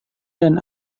dan